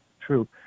true